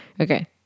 Okay